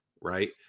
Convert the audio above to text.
right